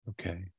Okay